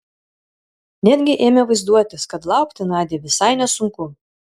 netgi ėmė vaizduotis kad laukti nadiai visai nesunku